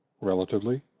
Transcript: relatively